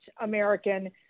American